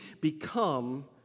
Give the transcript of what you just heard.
become